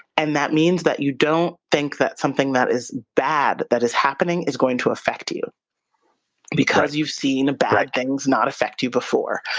and that means that you don't think that something that is bad that is happening is going to affect you because you've seen bad things not affect you before.